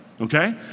Okay